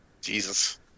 Jesus